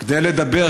כדי לדבר,